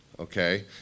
okay